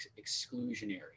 exclusionary